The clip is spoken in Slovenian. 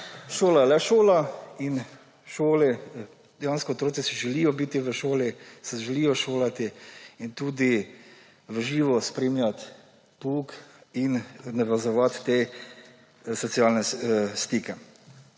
Šola je le šola in dejansko otroci si želijo biti v šoli, se želijo šolati in tudi v živo spremljati pouk in navezovati socialne stike.